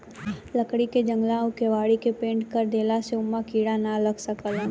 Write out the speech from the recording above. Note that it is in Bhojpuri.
लकड़ी के जंगला अउरी केवाड़ी के पेंनट कर देला से ओमे कीड़ा ना लागेलसन